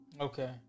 Okay